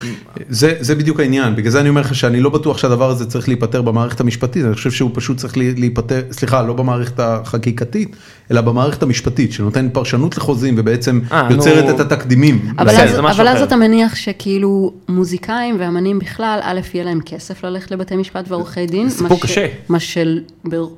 זה בדיוק העניין, בגלל זה אני אומר לך שאני לא בטוח שהדבר הזה צריך להיפתר במערכת המשפטית, אני חושב שהוא פשוט צריך להיפתר, סליחה, לא במערכת החקיקתית, אלא במערכת המשפטית, שנותן פרשנות לחוזים ובעצם יוצרת את התקדימים. אבל אז אתה מניח שכאילו מוזיקאים ואמנים בכלל, א' יהיה להם כסף ללכת לבתי משפט ועורכי דין, זה פה קשה. מה ש-